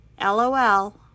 LOL